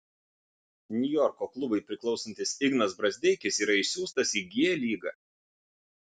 niujorko klubui priklausantis ignas brazdeikis yra išsiųstas į g lygą